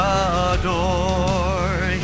adore